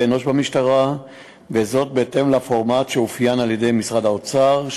אנוש במשטרה בהתאם לפורמט שאופיין על-ידי משרד האוצר,